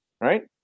right